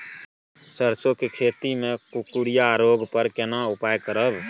सरसो के खेती मे कुकुरिया रोग पर केना उपाय करब?